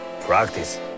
Practice